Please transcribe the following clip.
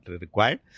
required